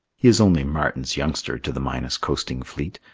he is only martin's youngster, to the minas coasting fleet,